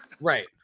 Right